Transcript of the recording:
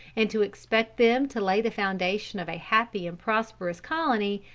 and to expect them to lay the foundation of a happy and prosperous colony,